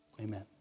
Amen